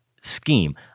scheme